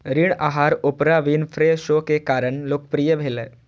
ऋण आहार Oprah Winfrey show के कारण लोकप्रिय भेलै